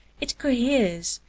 it coheres,